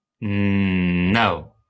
No